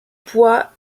pois